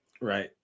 Right